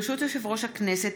ברשות יושב-ראש הכנסת,